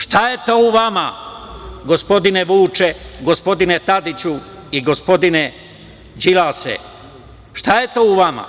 Šta je to u vama, gospodine Vuče, gospodine Tadiću i gospodine Đilase, šta je to u vama?